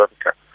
Africa